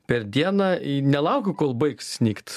per dieną nelaukiu kol baigs snigt